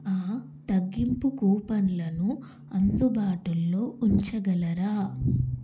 ఆ తగ్గింపు కూపన్లను అందుబాటులో ఉంచగలరా